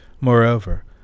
Moreover